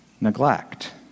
neglect